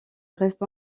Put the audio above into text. reste